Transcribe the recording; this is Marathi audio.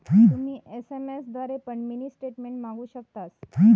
तुम्ही एस.एम.एस द्वारे पण मिनी स्टेटमेंट मागवु शकतास